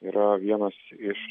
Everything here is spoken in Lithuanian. yra vienas iš